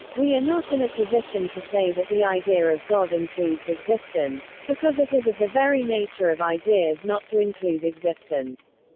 we are not in a position to say that the idea of god includes existence, because it is of the very nature of ideas not to include existence.